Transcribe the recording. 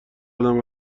ادم